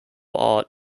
art